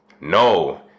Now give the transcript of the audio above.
No